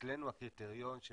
אצלנו הקריטריון של